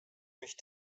mich